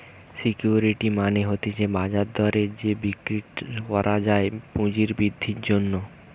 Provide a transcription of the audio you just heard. security মানে হতিছে বাজার দরে যেটা বিক্রি করা যায় পুঁজি বৃদ্ধির জন্যে